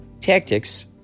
tactics